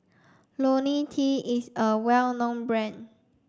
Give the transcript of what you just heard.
Ionil T is a well known brand